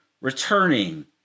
returning